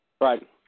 Right